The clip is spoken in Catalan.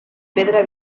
pedra